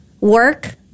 work